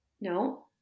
no